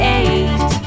eight